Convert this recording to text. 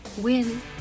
win